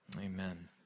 Amen